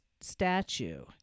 statue